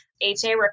HA